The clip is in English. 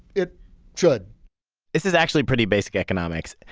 it should this is actually pretty basic economics.